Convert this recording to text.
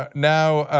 ah now